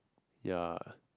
ya